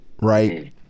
right